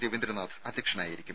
രവീന്ദ്രനാഥ് അധ്യക്ഷനായിരിക്കും